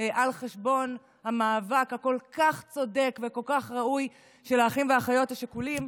על חשבון המאבק הכל-כך צודק וכל כך ראוי של האחים והאחיות השכולים,